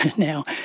now,